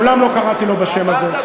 אני מעולם לא קראתי לו בשם הזה.